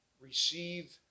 receive